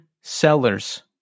Sellers